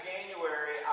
January